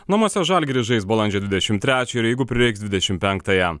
namuose žalgiris žais balandžio dvidešim trečią ir jeigu prireiks dvidešim penktąją